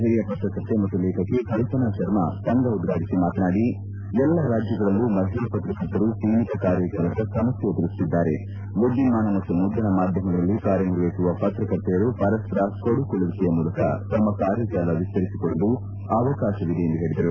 ಹಿರಿಯ ಪತ್ರಕರ್ತೆ ಮತ್ತು ಲೇಖಕಿ ಕಲ್ಪನಾ ಶರ್ಮ ಸಂಘ ಉದ್ಘಾಟಿಸಿ ಮಾತನಾಡಿ ಎಲ್ಲ ರಾಜ್ಯಗಳಲ್ಲೂ ಮಹಿಳಾ ಪತ್ರಕರ್ತರು ಸೀಮಿತ ಕಾರ್ಯಜಾಲದ ಸಮಸ್ಥೆ ಎದುರಿಸುತ್ತಿದ್ದಾರೆ ವಿದ್ಯುನ್ಮಾನ ಮತ್ತು ಮುದ್ರಣ ಮಾಧ್ಯಮಗಳಲ್ಲಿ ಕಾರ್ಯನಿರ್ವಹಿಸುವ ಪತ್ರಕರ್ತೆಯರು ಪರಸ್ವರ ಕೊಡುಕೊಳ್ಟುವಿಕೆಯ ಮೂಲಕ ತಮ್ನ ಕಾರ್ಯಜಾಲ ವಿಸ್ತರಿಸಿಕೊಳ್ಳಲು ಅವಕಾಶವಿದೆ ಎಂದು ಹೇಳಿದರು